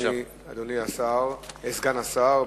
אדוני סגן השר,